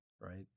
Right